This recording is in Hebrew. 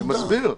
אני מסביר.